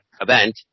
event